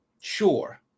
Sure